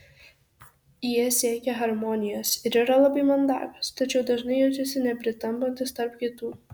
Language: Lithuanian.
jie siekia harmonijos ir yra labai mandagūs tačiau dažnai jaučiasi nepritampantys tarp kitų